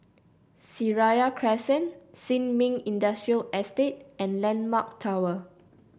Seraya Crescent Sin Ming Industrial Estate and landmark Tower